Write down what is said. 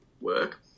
work